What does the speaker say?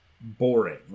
boring